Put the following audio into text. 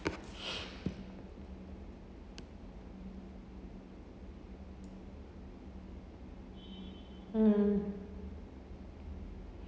mm